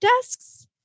desks